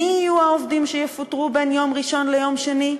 מי יהיו העובדים שיפוטרו בין יום ראשון ליום שני?